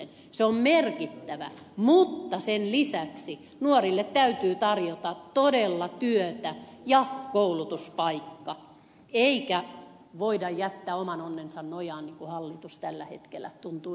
se on tärkeää mutta sen lisäksi nuorille täytyy tarjota todella työtä ja koulutuspaikka eikä heitä voida jättää oman onnensa nojaan niin kuin hallitus tällä hetkellä tuntuu jättäneen